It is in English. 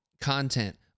content